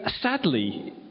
sadly